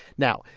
now,